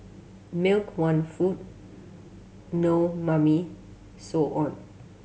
milk want food no Mummy so on